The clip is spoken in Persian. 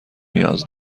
نیاز